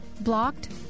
Blocked